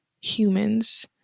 humans